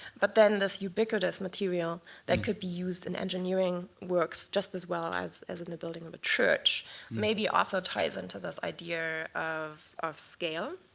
but then this ubiquitous material that could be used in engineering works just as well as as in the building of the church maybe also ties into this idea of of scale.